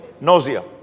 nausea